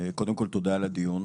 קודם כל, תודה על הדיון.